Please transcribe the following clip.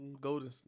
Golden